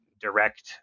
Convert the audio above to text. direct